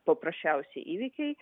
paprasčiausi įvykiai